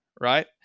right